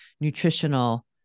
nutritional